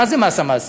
מה זה מס המעסיקים?